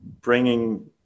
bringing